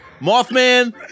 Mothman